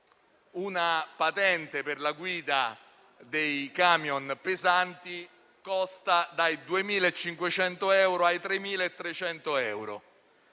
una patente per la guida dei camion pesanti costa dai 2.500 ai 3.300 euro,